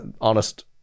honest